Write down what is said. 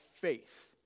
faith